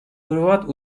hırvat